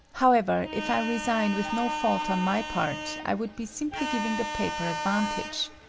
however, if i resign with no fault on my part, i would be simply giving the paper advantage.